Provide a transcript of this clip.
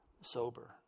sober